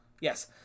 Yes